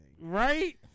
Right